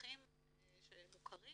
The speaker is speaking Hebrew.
לאזרחים שמוכרים